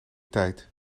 tijd